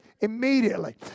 immediately